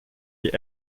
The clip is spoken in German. die